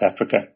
Africa